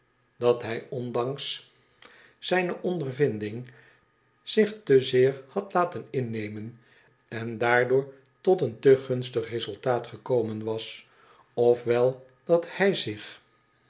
dat hij ondanks zijne ondervinding zich te zeer had laten innemen en daardoor tot een te gunstig resultaat gekomen was of wel dat hij zich